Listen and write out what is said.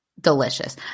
Delicious